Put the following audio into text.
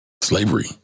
slavery